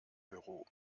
büro